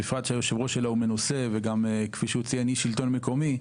בפרט שהיושב-ראש שלה הוא מנוסה וכפי שהוא ציין הוא גם איש שלטון מקומי.